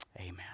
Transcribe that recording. Amen